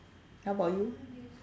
how about you